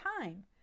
time